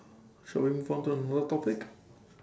shall we move on to another topic